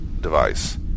device